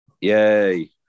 yay